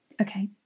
Okay